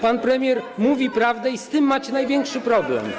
Pan premier mówi prawdę i z tym macie największy problem.